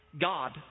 God